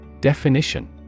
Definition